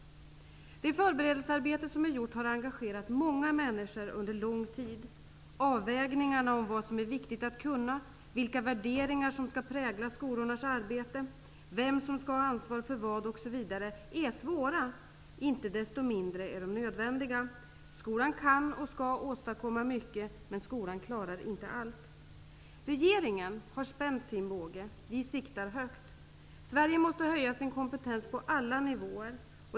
Det förberedelsearbete som är gjort har engagerat många människor under lång tid. Avvägningarna av vad som är viktigt att kunna, vilka värderingar som skall prägla skolornas arbete, vem som skall ha ansvar för vad osv. är svåra. Inte desto mindre är de nödvändiga. Skolan kan och skall åstadkomma mycket, men skolan klarar inte allt. Regeringen har spänt sin båge. Vi siktar högt. Sverige måste höja sin kompetens på alla nivåer.